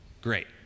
great